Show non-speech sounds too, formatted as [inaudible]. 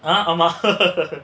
ah master [laughs]